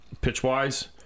pitch-wise